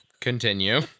Continue